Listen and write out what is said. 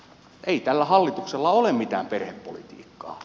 ei tällä hallituksella ole mitään perhepolitiikkaa